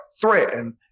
threatened